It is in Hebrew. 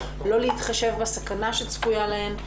לא להתחשב בסכנה שצפויה להן,